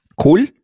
Cool